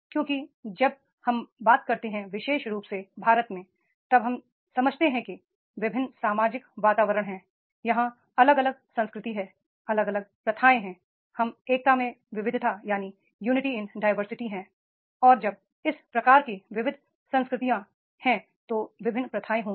क्योंकि जब हम बात करते हैं विशेष रूप से भारत में तब हम समझते हैं कि विभिन्न सामाजिक वातावरण हैं यहां अलग अलग संस्कृति है अलग अलग प्रथाएं हैं हम यूनिटी इन डायवर्सिटी हैं और जब इस तरह की विविध संस्कृतियां हैं तो विभिन्न प्रथाएं होंगी